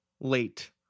late